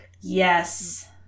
Yes